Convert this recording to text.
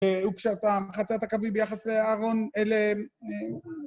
וכשאתה מחצה את הקווי ביחס לארון, אלה...